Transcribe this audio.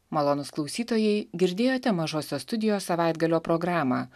malonūs klausytojai girdėjote mažosios studijos savaitgalio programą